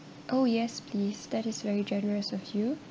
oh yes please that is very generous of you